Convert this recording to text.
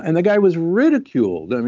and the guy was ridiculed, and